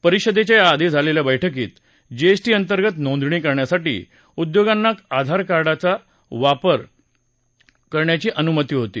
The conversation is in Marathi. परिषदेच्या या आधी झालेल्या बैठकीत जीएसटी अंतर्गत नोंदणी करण्यासाठी उद्योगांना आधार कार्डाचा वापर करायला संमती देण्यात आली होती